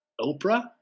Oprah